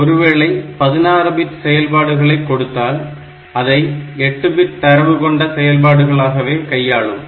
ஒருவேளை 16 பிட் செயல்பாடுகளை கொடுத்தால் அதை 8 பிட் தரவு கொண்ட செயல்பாடுகளாகவே கையாளும்